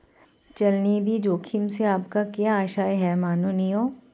चल निधि जोखिम से आपका क्या आशय है, माननीय?